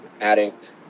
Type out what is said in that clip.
addict